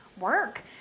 work